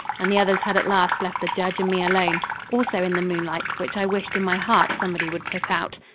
and the others had at last left the judge and me alone also in the moonlight, which i wished in my heart somebody would put out.